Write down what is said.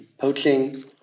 poaching